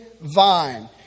vine